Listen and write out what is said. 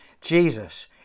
Jesus